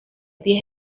diez